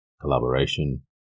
Collaboration